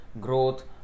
growth